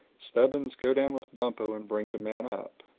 stubbins, go down with bumpo and bring the man up.